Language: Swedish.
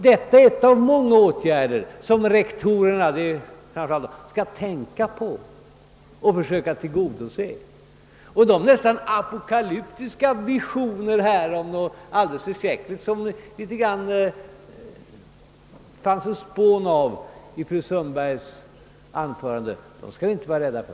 Det är en av många åtgärder som rektorerna skall tänka på för att försöka tillgodose vårt önskemål. De nästan apokalyptiska visioner av något alldeles förskräckligt som kanske finns ett spån av i fru Sundbergs anförande skall vi inte vara rädda för.